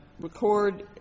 record